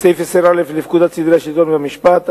סעיף 10א לפקודת סדרי השלטון והמשפט,